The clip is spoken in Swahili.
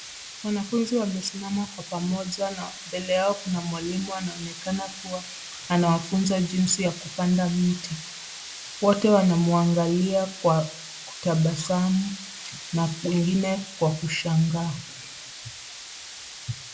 Wanafunzi wamesimama kwa pamoja na mbele yao kuna mwalimu anaonekana kua anawafunza jinsi ya kupanda miti. Wote wanamuangalia kwa kutabasamu, na wengine kwa kushangaa.